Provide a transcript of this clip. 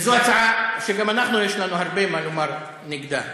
זו הצעה שגם אנחנו, יש לנו הרבה מה לומר נגדה.